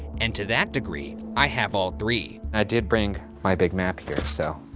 and to that degree, i have all three. i did bring my big map here, so.